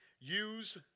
Use